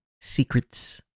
secrets